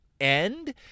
end